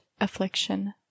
affliction